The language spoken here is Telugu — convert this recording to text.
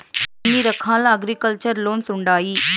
ఎన్ని రకాల అగ్రికల్చర్ లోన్స్ ఉండాయి